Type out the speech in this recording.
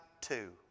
two